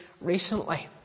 recently